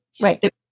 Right